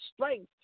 strength